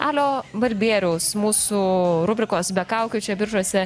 alio balbieriaus mūsų rubrikos be kaukių čia biržuose